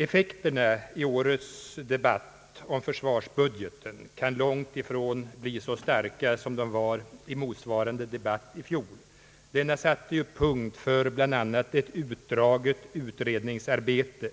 Affekterna i årets debatt om försvarsbudgeten kan långt ifrån bli så starka som de var i motsvarande debatt i fjol. Denna satte ju punkt för bland annat ett utdraget utredningsarbete.